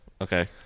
Okay